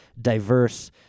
diverse